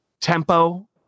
tempo